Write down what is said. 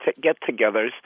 get-togethers